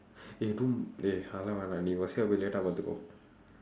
eh don't அது எல்லாம் வேண்டாம் நீ:athu ellaam veendaam nii buslae போய்:pooy laetaa பாத்துக்கோ:paaththukkoo